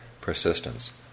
persistence